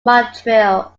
montreal